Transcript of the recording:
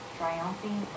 triumphing